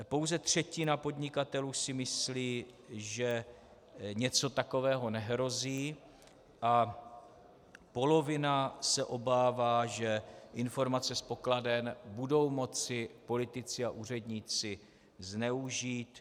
Pouze třetina podnikatelů si myslí, že něco takového nehrozí, a polovina se obává, že informace z pokladen budou moci politici a úředníci zneužít.